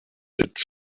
its